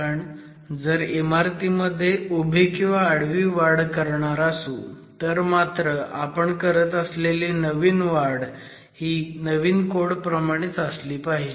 पण जर इमारतीमध्ये उभी किंवा आडवी वाढ करणार असू तर मात्र आपण करत असलेली नवीन वाढ ही नवीन कोड प्रमाणेच असली पाहिजे